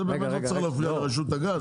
זה באמת לא צריך להפריע לרשות הגז.